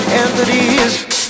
entities